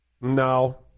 No